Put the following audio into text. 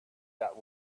that